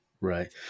Right